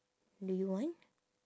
do you want